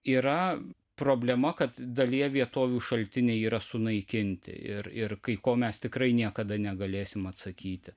yra problema kad dalyje vietovių šaltiniai yra sunaikinti ir ir kai ko mes tikrai niekada negalėsim atsakyti